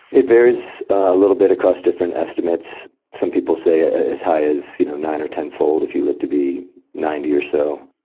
it varies a little bit across different estimates. some people say as high as you know nine or ten fold if you live to be ninety or so.